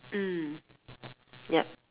mm yup